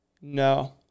No